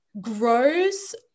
grows